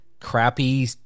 crappy